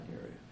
area